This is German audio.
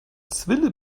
zwille